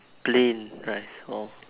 plain rice oh